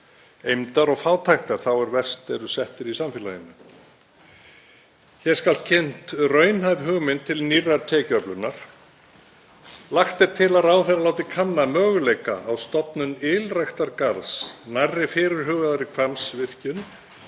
eymdar og fátæktar þá er verst eru settir í samfélaginu. Hér skal kynnt raunhæf hugmynd til nýrrar tekjuöflunar. Lagt er til að ráðherra láti kanna möguleika á stofnun ylræktargarðs nærri fyrirhugaðri Hvammsvirkjun